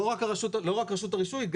לא רק רשות הרישוי,